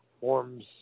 forms